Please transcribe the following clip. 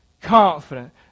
Confident